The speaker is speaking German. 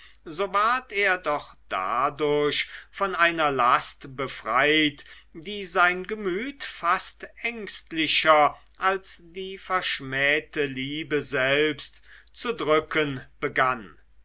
so ward er doch dadurch von einer last befreit die sein gemüt fast ängstlicher als die verschmähte liebe selbst zu drücken begann